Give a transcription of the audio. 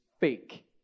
fake